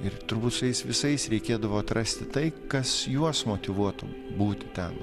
ir turbūt su jais visais reikėdavo atrasti tai kas juos motyvuotų būti ten